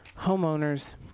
homeowners